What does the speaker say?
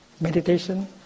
meditation